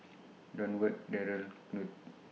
Durward Darryl Knute